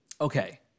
Okay